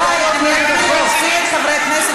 חברת הכנסת